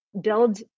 Build